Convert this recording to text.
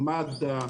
מד"א,